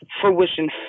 fruition